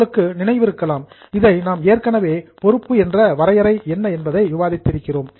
உங்களுக்கு நினைவிருக்கலாம் இதை நாம் ஏற்கனவே பொறுப்பு என்ற வரையறை என்ன என்பதை விவாதித்திருக்கிறோம்